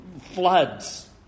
floods